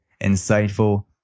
insightful